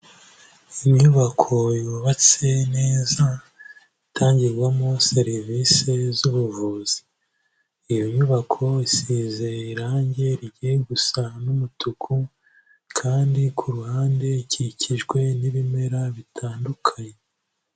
Inyubako yubatse neza, itangirwamo serivisi z'ubuvuzi, iyo nyubako isize irangi rigiye gusa n'umutuku kandi ku ruhande ikikijwe n'ibimera bitandukanye.